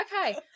Okay